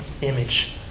image